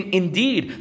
indeed